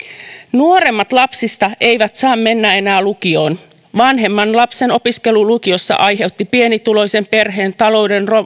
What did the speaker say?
nuoremmat lapsista eivät saa mennä enää lukioon vanhimman lapsen opiskelu lukiossa aiheutti pienituloisen perheen talouden